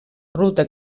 ruta